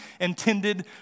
intended